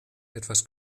etwas